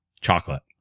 chocolate